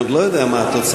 אני עוד לא יודע מה התוצאות.